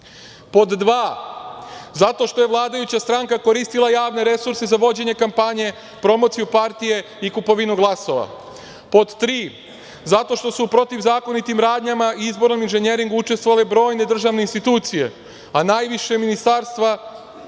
dva, zato što je vladajuća stranka koristila javne resurse za vođenje kampanje, promociju partije i kupovinu glasova. Pod tri, zato što su protivzakonitim radnjama i izborom inženjeringa učestvovale brojne državne institucije, a najviše ministarstva